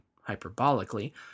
hyperbolically